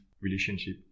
relationship